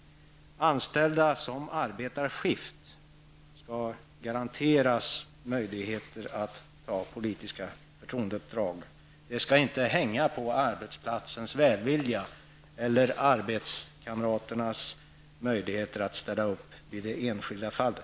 Anställda som arbetar skift skall garanteras möjligheter att åta sig politiska förtroendeuppdrag. Det skall inte bero på arbetsplatsens välvilja eller på arbetskamraternas möjligheter att ställa upp i det enskilda fallet.